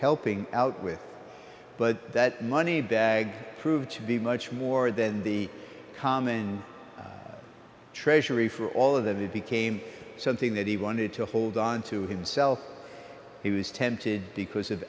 helping out with but that money bag proved to be much more than the common treasury for all of them it became something that he wanted to hold onto himself he was tempted because of